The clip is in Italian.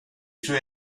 suoi